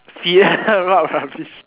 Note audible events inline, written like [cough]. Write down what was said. ya [laughs] what about this